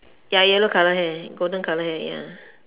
ya yellow colour hair golden colour hair ya